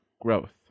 growth